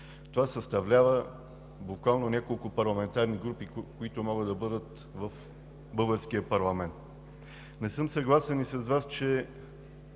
съставлява няколко парламентарни групи, които могат да бъдат в българския парламент. Не съм съгласен с Вас, че